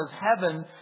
heaven